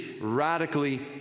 radically